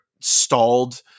stalled –